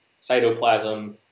cytoplasm